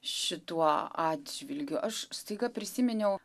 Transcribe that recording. šituo atžvilgiu aš staiga prisiminiau